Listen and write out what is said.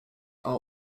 are